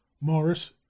morris